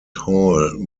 hall